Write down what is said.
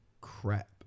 crap